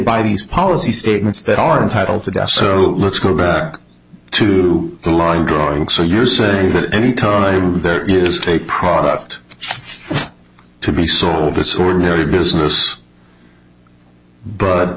policy statements that are entitled to die so let's go back to the line drawing so you're saying that anytime there is take product to be sold this ordinary business but